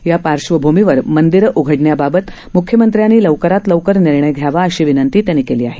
या पार्श्वभूमीवर मंदिरं उघडण्याबाबत मुख्यमंत्र्यांनी लवकरात लवकर निर्णय घ्यावा अशी विनंती त्यांनी केली आहे